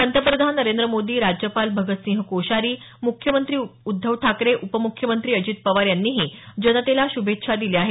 पंतप्रधान नरेंद्र मोदी राज्यपाल भगतसिंग कोश्यारी मुख्यमंत्री उद्धव ठाकरे उपमुख्यमंत्री अजित पवार यांनीही जनतेला शुभेच्छा दिल्या आहेत